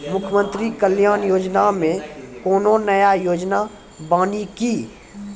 मुख्यमंत्री कल्याण योजना मे कोनो नया योजना बानी की?